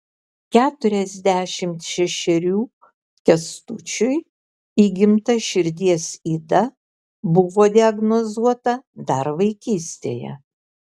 keturiasdešimt šešerių kęstučiui įgimta širdies yda buvo diagnozuota dar vaikystėje